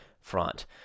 front